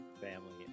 family